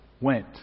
went